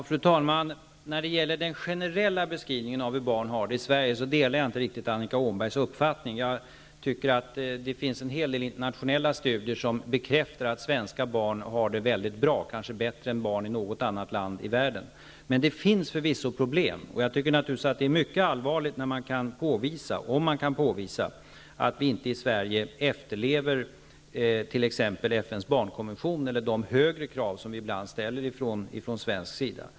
Fru talman! Jag delar inte riktigt Annika Åhnbergs uppfattning när det gäller den generella beskrivningen av hur barn har det i Sverige. Det finns en hel del internationella studier som bekräftar att svenska barn har det väldigt bra, kanske bättre än barn i något annat land i världen. Men det finns förvisso problem, och jag tycker naturligtvis att det är mycket allvarligt när man kan påvisa -- om man kan påvisa -- att vi inte i Sverige efterlever t.ex. FN:s barnkonvention eller de högre krav vi ibland ställer från svensk sida.